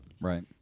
Right